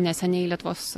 neseniai lietuvos